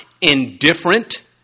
indifferent